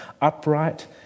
upright